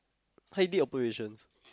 !huh! you did operations